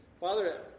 Father